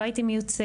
לא הייתי מיוצגת,